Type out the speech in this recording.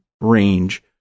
range